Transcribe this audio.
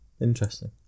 Interesting